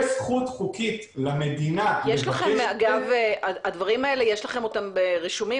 יש זכות חוקית למדינה --- הדברים האלה יש לכם אותם רשומים?